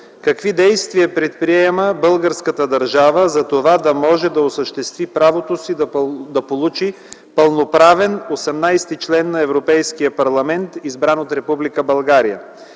какви действия предприема българската държава, за да може да осъществи правото си да получи пълноправен осемнадесети член на Европейския парламент, избран от